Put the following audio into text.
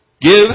Give